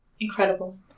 Incredible